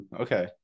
Okay